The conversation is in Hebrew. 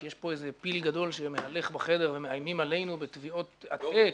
כי יש פה איזה פיל גדול שמהלך בחדר ומאיימים עלינו בתביעות עתק,